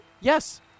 Yes